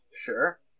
Sure